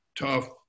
tough